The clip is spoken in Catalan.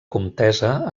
comtessa